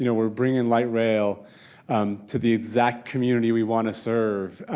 you know are bringing light rail to the exact community we want to serve,